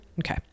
Okay